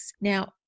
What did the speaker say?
now